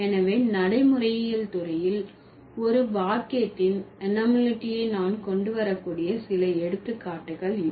எனவே நடைமுறையியல் துறையில் ஒரு வாக்கியத்தின் அனோமாலிட்டியை நான் கொண்டு வரக்கூடிய சில எடுத்துக்காட்டுகள் இவை